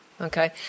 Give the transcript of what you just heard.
Okay